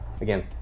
again